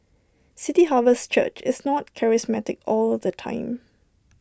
city harvest church is not charismatic all the time